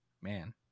Man